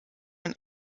und